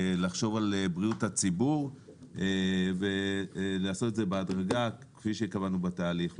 לחשוב על בריאות הציבור ולעשות את זה בהדרגה כפי שקבענו בתהליך.